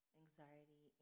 anxiety